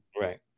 right